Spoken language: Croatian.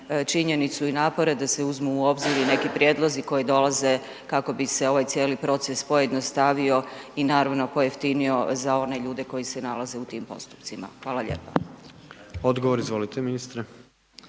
činjenicu i napore da se uzmu u obzir i neki prijedlozi koji dolaze kako bi se ovaj cijeli proces pojednostavio i naravno pojeftinio za one ljude koji se nalaze u tim postupcima. Hvala lijepa. **Jandroković, Gordan